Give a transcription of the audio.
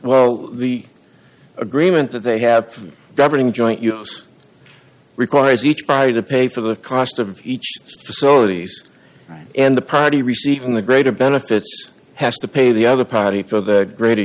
well the agreement that they have governing joint use requires each body to pay for the cost of each stories and the party receiving the greater benefits has to pay the other party for their greater